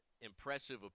impressive